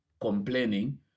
complaining